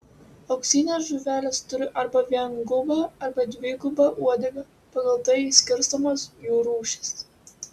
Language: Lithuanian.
auksinės žuvelės turi arba viengubą arba dvigubą uodegą pagal tai skirstomos jų rūšys